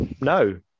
No